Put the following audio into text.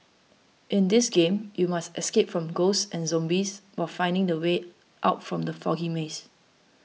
in this game you must escape from ghosts and zombies while finding the way out from the foggy maze